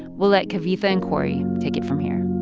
we'll let kavitha and cory take it from here